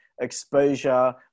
exposure